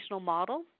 model